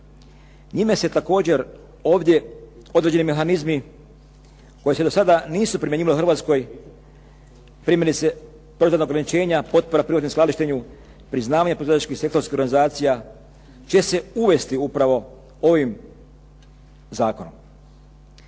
Njime se također ovdje određeni mehanizmi koji se do sada nisu primjenjivali u Hrvatskoj, primjerice proizvodna ograničenja, potpora ... skladištenju, priznavanje proizvođačkih sektorskih organizacija će se uvesti upravo ovim zakonom.